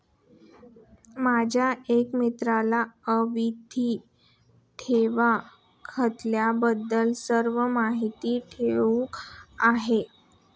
माझ्या एका मित्राला आवर्ती ठेव खात्याबद्दल सर्व माहिती ठाऊक आहे